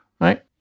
Right